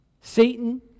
Satan